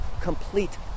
complete